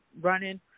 running